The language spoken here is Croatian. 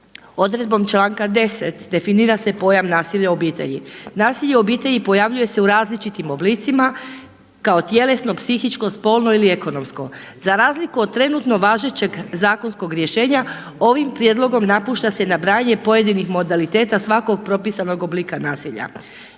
odredbom članka 10. definira se pojam nasilja u obitelji. nasilje u obitelji pojavljuje se u različitim oblicima kao tjelesno, psihičko, spolno ili ekonomsko. Za razliku od trenutno važećeg zakonskog rješenja ovim prijedlogom napušta se nabrajanje pojedinih modaliteta svakog propisanog oblika nasilja.